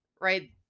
Right